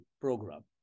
Program